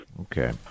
Okay